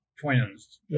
twins